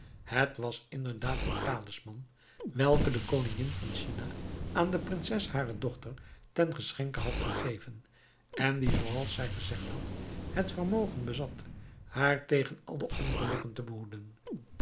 het was inderdaad een talisman welke de koningin van china aan de prinses hare dochter ten geschenke had gegeven en die zooals zij gezegd had het vermogen bezat haar tegen alle ongelukken te behoeden